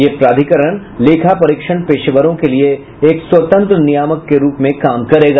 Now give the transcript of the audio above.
यह प्राधिकरण लेखा परीक्षण पेशेवरों के लिए एक स्वतंत्र नियामक के रूप में काम करेगा